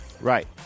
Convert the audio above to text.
Right